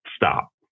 Stop